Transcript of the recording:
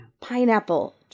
Pineapple